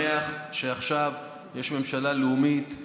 אני שמח שיש עכשיו ממשלה לאומית.